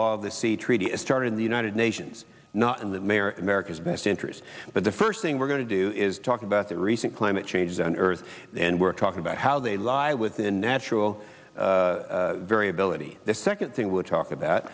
of the sea treaty a start in the united nations not in the mayor america's best interest but the first thing we're going to do is talk about the recent climate changes on earth and we're talking about how they lie within natural variability the second thing we'll talk but